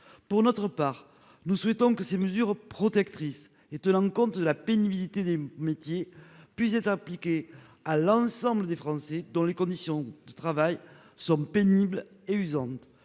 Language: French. Pour notre part, nous souhaitons que ces mesures protectrices, qui tiennent compte de la pénibilité des métiers, puissent être appliquées à l'ensemble des Français dont les conditions de travail sont pénibles et usantes.